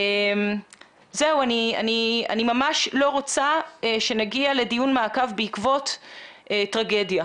אני ממש לא רוצה שנגיע לדיון מעקב בעקבות טרגדיה.